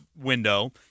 window